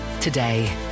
today